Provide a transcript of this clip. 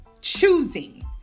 choosing